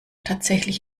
tatsächlich